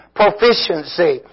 proficiency